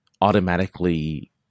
automatically